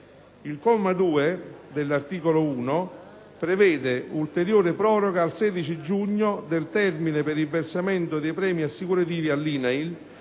Il comma 2 dell'articolo 1 prevede l'ulteriore proroga al 16 giugno del termine per il versamento dei premi assicurativi all'INAIL